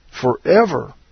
forever